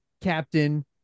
captain